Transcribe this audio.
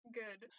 good